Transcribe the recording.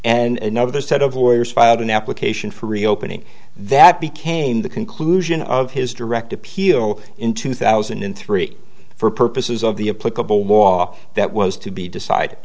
and another set of lawyers filed an application for reopening that became the conclusion of his direct appeal in two thousand and three for purposes of the a pick up a law that was to be decide